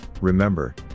remember